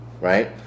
right